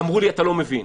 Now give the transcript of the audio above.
אמרו לי "אתה לא מבין".